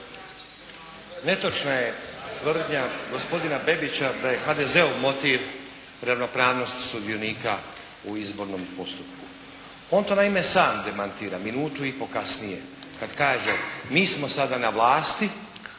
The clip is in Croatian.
Netočna je tvrdnja gospodina Bebića da je HDZ-ov motiv ravnopravnosti sudionika u izbornom postupku. On to naime demantira minutu i pol kasnije, kad kaže, mi smo sada na vlasti,